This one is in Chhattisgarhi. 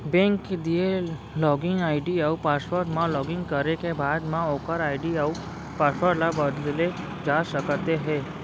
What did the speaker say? बेंक के दिए लागिन आईडी अउ पासवर्ड म लॉगिन करे के बाद म ओकर आईडी अउ पासवर्ड ल बदले जा सकते हे